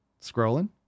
Scrolling